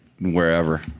wherever